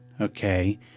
okay